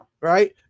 right